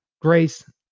Grace